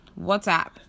WhatsApp